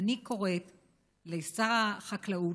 ואני קוראת לשר החקלאות,